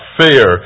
fair